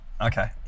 Okay